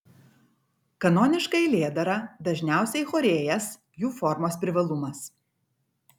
kanoniška eilėdara dažniausiai chorėjas jų formos privalumas